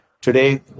Today